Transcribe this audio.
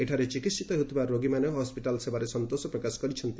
ଏଠାରେ ଚିକିିିିତ ହେଉଥିବା ରୋଗୀମାନେ ହସ୍କିଟାଲ ସେବାରେ ସନ୍ତୋଷ ପ୍ରକାଶ କରିଛନ୍ତି